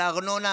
על הארנונה,